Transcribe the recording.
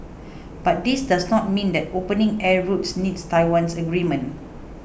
but this does not mean that opening air routes needs Taiwan's agreement